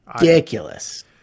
ridiculous